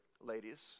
ladies